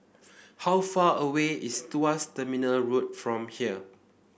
how far away is Tuas Terminal Road from here